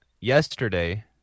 yesterday